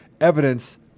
evidence